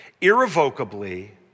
irrevocably